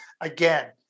again